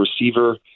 receiver